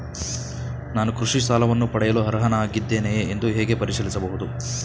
ನಾನು ಕೃಷಿ ಸಾಲವನ್ನು ಪಡೆಯಲು ಅರ್ಹನಾಗಿದ್ದೇನೆಯೇ ಎಂದು ಹೇಗೆ ಪರಿಶೀಲಿಸಬಹುದು?